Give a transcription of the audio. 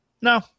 No